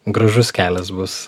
gražus kelias bus